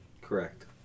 Correct